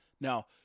Now